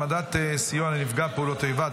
העמדת סיוע לנפגע פעולות איבה),